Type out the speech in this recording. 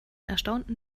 erstaunten